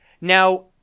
Now